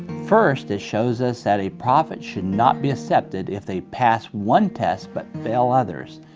first, it shows us that a prophet should not be accepted if they pass one test, but fail others.